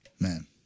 Man